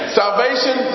salvation